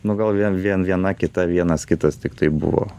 nu gal vien vien viena kita vienas kitas tiktai buvo